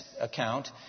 account